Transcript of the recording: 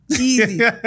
Easy